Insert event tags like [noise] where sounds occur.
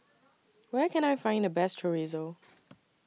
[noise] Where Can I Find The Best Chorizo [noise]